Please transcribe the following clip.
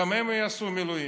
גם הם יעשו מילואים.